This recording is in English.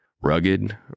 rugged